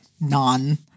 non